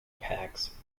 packs